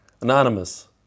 anonymous